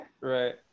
Right